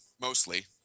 mostly